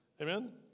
Amen